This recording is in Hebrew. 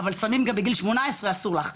אבל סמים גם בגיל 18 אסור לך,